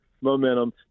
momentum